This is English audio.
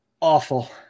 Awful